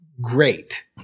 great